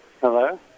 Hello